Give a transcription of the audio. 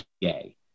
gay